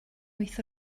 wyth